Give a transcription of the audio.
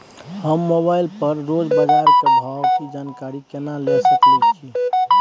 हम मोबाइल पर रोज बाजार के भाव की जानकारी केना ले सकलियै?